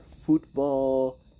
football